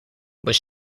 was